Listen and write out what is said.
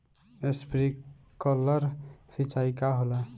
Sprinkler सिंचाई का होला?